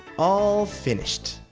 all finished.